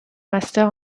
master